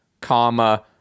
comma